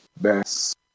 best